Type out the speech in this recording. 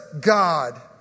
God